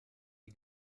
die